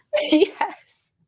yes